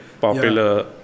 popular